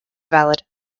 valid